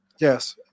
Yes